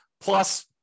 plus